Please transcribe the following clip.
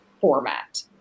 format